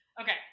okay